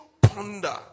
ponder